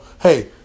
hey